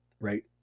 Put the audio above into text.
right